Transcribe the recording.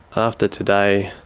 after today,